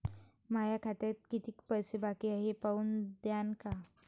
माया खात्यात कितीक पैसे बाकी हाय हे पाहून द्यान का?